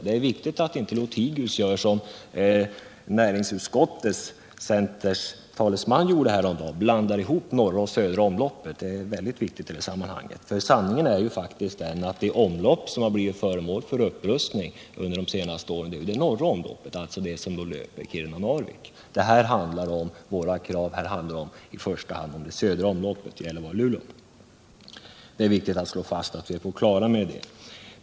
Herr Lothigius får inte i likhet med näringsutskottets borgerliga talesman häromdagen blanda ihop norra och södra omloppet. Det är mycket viktigt i sammanhanget. Sanningen är faktiskt den att det omlopp, som blivit föremål för upprustning under de senaste åren, är det norra, det som rör Kiruna-Narvik. Våra krav handlar nu i första hand om södra omloppet, Gällivare-Luleå. Det är viktigt att vi är på det klara med det.